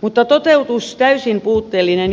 mutta toteutus täysin puutteellinen ja keskeneräinen